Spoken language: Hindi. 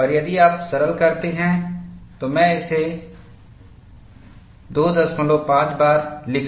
और यदि आप सरल करते हैं तो मैं इसे 25 बार लिख सकता हूं